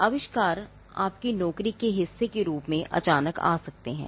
आविष्कार आपकी नौकरी के हिस्से के रूप में अचानक आ सकते हैं